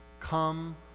Come